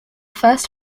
first